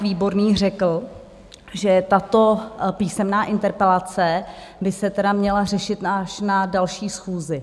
Výborný řekl, že tato písemná interpelace by se tedy měla řešit až na další schůzi.